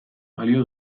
balio